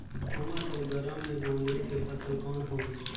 उमस अउ गरम मे गोंदली के फसल कौन होही?